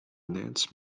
nance